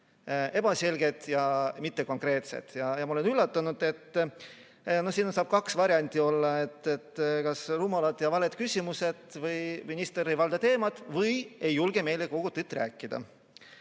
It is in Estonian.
ebaselgeid ja mittekonkreetseid. Ma olen üllatunud! Siin saab kaks varianti olla, kas rumalad ja valed küsimused või minister ei valda teemat või ei julge meile kogu tõtt rääkida.